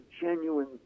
genuine